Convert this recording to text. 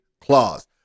clause